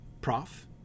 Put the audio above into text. Prof